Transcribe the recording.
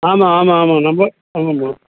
ஆமாம் ஆமாம் ஆமாங்க நம்ம ஆமாம்மா